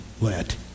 let